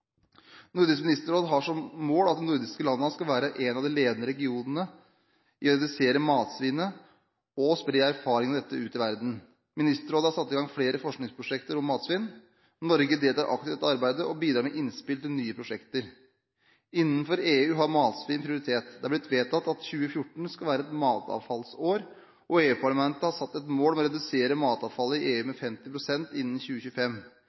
Nordisk ministerråd. Nordisk ministerråd har som mål at de nordiske landene skal være en av de ledende regionene i å redusere matsvinnet og spre erfaringen om dette ut i verden. Ministerrådet har satt i gang flere forskningsprosjekter om matsvinn. Norge deltar aktivt i dette arbeidet og bidrar med innspill til nye prosjekter. Innenfor EU har matsvinn prioritet. Det er blitt vedtatt at 2014 skal være et matavfallsår, og EU-parlamentet har satt et mål om å redusere matavfallet i EU med 50 pst. innen 2025.